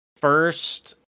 first